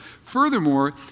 Furthermore